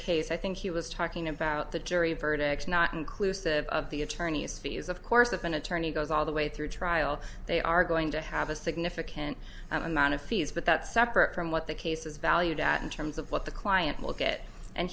case i think he was talking about the jury verdicts not inclusive of the attorneys fees of course of an attorney goes all the way through a trial they are going to have a significant amount of fees but that's separate from what the case is valued at in terms of what the client will get and